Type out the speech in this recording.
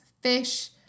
fish